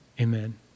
amen